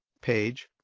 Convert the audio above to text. page.